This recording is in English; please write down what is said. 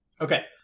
Okay